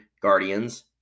Guardians